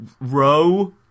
Row